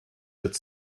that